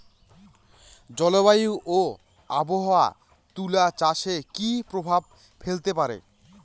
জলবায়ু ও আবহাওয়া তুলা চাষে কি প্রভাব ফেলতে পারে?